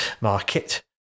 market